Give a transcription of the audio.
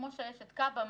כמו שיש את כב"א,